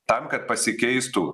tam kad pasikeistų